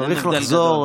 צריך לחזור,